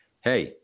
hey